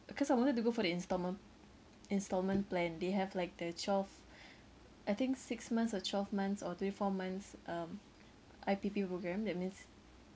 cause I wanted to go for the instalment instalment plan they have like the twelve I think six months or twelve months or twenty four months um I_P_P program that means